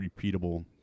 repeatable